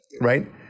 right